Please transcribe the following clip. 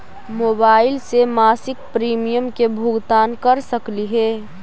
Mobile से मासिक premium के भुगतान कर सकली हे?